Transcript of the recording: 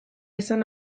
izan